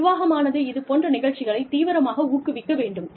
நிர்வாகமானது இதுபோன்ற நிகழ்ச்சிகளைத் தீவிரமாக ஊக்குவிக்க வேண்டும்